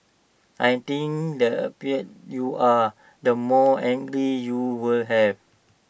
I think the happier you are the more you will have